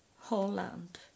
Holland